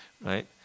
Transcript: Right